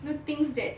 know things that